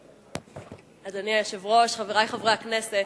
אדוני היושב-ראש, חברי חברי הכנסת,